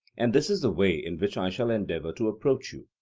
and this is the way in which i shall endeavour to approach you.